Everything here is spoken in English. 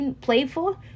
playful